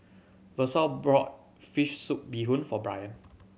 Versa brought fish soup bee hoon for Brian